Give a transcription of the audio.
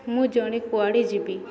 ମୁଁ ଜଣେ କୁଆଡ଼େ ଯିବି